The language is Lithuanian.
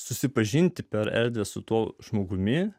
susipažinti per erdvę su tuo žmogumi